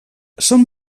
són